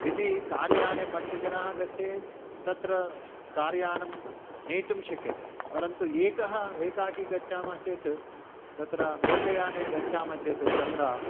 यदि कार्याने पञ्चजनाः गच्छेत् चेत् तत्र कार्यानं नेतुं शक्यते परन्तु एकः एकाकि गच्छामः चेत् तत्र लोकयाने गच्छामः चेत् तत्र